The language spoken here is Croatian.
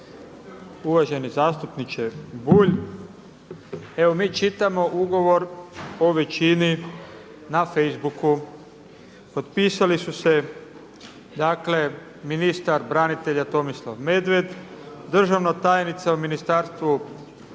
Uvaženi zastupniče Bulj, evo mi čitamo ugovor o većini na Facebooku. Potpisali su se, dakle ministar branitelja Tomislav Medved, državna tajnica u Ministarstvu vanjskih